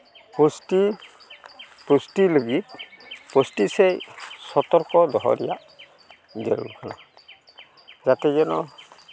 ᱯᱩᱥᱴᱤ ᱯᱩᱥᱴᱤ ᱞᱟᱹᱜᱤᱫ ᱯᱩᱥᱴᱤ ᱥᱮᱡ ᱥᱚᱛᱚᱨᱠᱚ ᱫᱚᱦᱚᱭ ᱨᱮᱭᱟᱜ ᱡᱟᱹᱨᱩᱲ ᱠᱟᱱᱟ ᱡᱟᱛᱮ ᱡᱮᱱᱚ